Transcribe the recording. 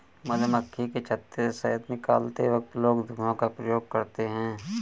मधुमक्खी के छत्ते से शहद निकलते वक्त लोग धुआं का प्रयोग करते हैं